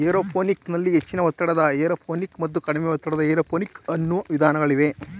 aeroponic ನಲ್ಲಿ ಹೆಚ್ಚಿನ ಒತ್ತಡದ ಏರೋಪೋನಿಕ್ ಮತ್ತು ಕಡಿಮೆ ಒತ್ತಡದ ಏರೋಪೋನಿಕ್ ಅನ್ನೂ ವಿಧಾನಗಳಿವೆ